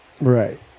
Right